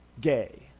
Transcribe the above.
gay